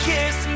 Kiss